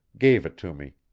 gave it to me.